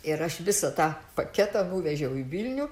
ir aš visą tą paketą nuvežiau į vilnių